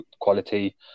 quality